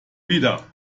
wieder